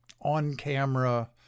on-camera